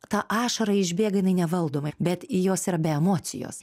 ta ašara išbėga jinai nevaldomai bet į jos yra be emocijos